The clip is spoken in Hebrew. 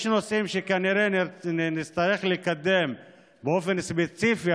יש נושאים שכנראה נצטרך לקדם באופן ספציפי,